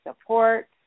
support